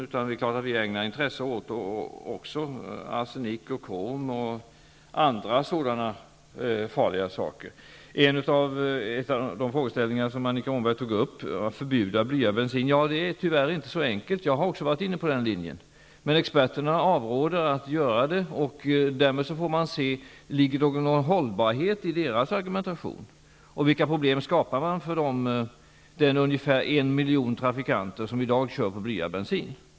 Regeringen visar också intresse för andra farliga ämnen såsom arsenik och krom. Annika Åhnberg tog upp frågan om att förbjuda blyad bensin. Det är tyvärr inte så enkelt. Jag har också varit inne på den linjen. Men experterna avråder från något sådant. Därmed får man se om deras argumentation är hållbar och vilka problem som skapas för de ungefär en miljon trafikanter som i dag kör bilar med blyad bensin.